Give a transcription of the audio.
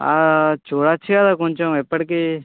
చూడవచ్చు కదా కొంచెం ఎప్పటికీ